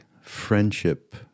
friendship